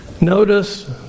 Notice